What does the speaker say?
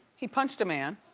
he punched a man.